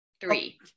three